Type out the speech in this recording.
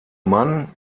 mann